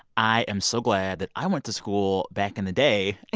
i am so glad that i went to school back in the day